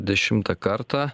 dešimtą kartą